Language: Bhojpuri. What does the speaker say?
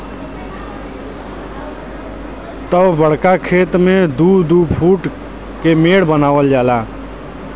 तब बड़का खेत मे दू दू फूट के मेड़ बनावल जाए